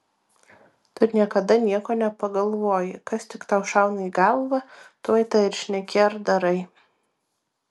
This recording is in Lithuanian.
tu niekada nieko nepagalvoji kas tik tau šauna į galvą tuoj tą ir šneki ar darai